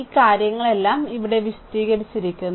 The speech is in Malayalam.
ഈ കാര്യങ്ങളെല്ലാം ഇവിടെ വിശദീകരിച്ചിരിക്കുന്നു